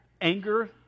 Anger